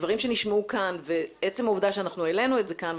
שנשמעו כאן ועצם העובדה שאנחנו העלינו את זה כאן,